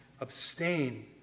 Abstain